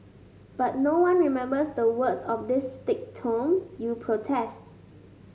but no one remembers the words of this thick tome you protest